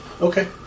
Okay